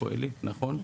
נכון?